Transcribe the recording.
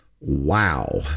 wow